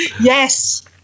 Yes